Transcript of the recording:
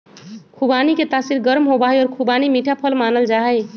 खुबानी के तासीर गर्म होबा हई और खुबानी मीठा फल मानल जाहई